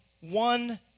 one